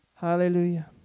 Hallelujah